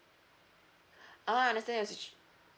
ah I understand your situation